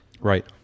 right